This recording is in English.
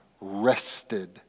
rested